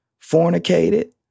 fornicated